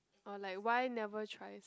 or like why never try